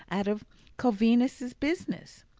out of coavinses' business.